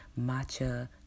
matcha